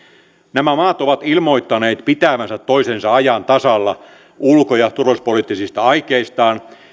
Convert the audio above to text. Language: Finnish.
nämä maat ovat ilmoittaneet pitävänsä toisensa ajan tasalla ulko ja turvallisuuspoliittisista aikeistaan